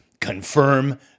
confirm